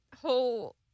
whole